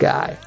Guy